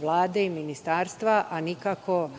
Vlade i Ministarstva, a nikako